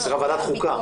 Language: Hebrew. סליחה, ועדת חוקה.